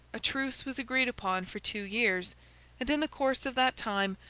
a truce was agreed upon for two years and in the course of that time,